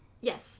Yes